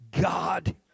God